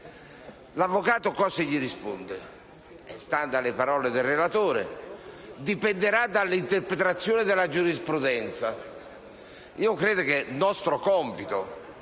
L'avvocato cosa risponde? Stando alle parole del relatore, dipenderà dall'interpretazione della giurisprudenza. Quanto al nostro compito,